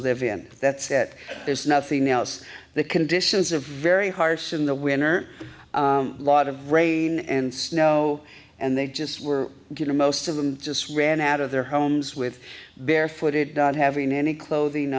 live in that's it there's nothing else the conditions are very harsh in the winner a lot of rain and snow and they just were going to most of them just ran out of their homes with bare footed not having any clothing